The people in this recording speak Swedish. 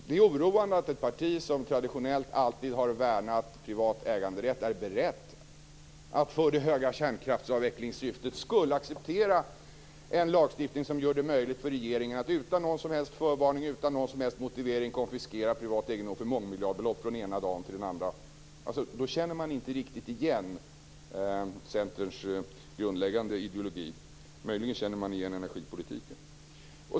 Det är oroande att ett parti som traditionellt alltid har värnat om privat äganderätt är berett att för det höga kärnkraftsavvecklingssyftets skull acceptera en lagstiftning som gör det möjligt för regeringen att från den ena dagen till den andra, utan någon som helst förvarning och motivering, konfiskera privat egendom för mångmiljardbelopp. Då känner man inte riktigt igen Centerns grundläggande ideologi. Möjligen känner man igen energipolitiken.